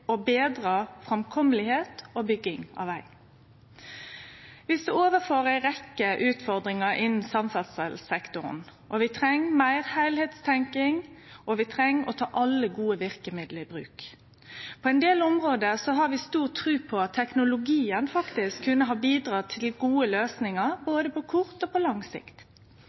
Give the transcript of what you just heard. å betre framkomelegheit og bygging av veg. Vi står overfor ei rekkje utfordringar innanfor samferdselssektoren. Vi treng meir heilskapstenking, og vi treng å ta alle gode verkemiddel i bruk. På ein del område har vi stor tru på at teknologien faktisk kunne ha bidrege til gode løysingar, både på kort og på lang sikt.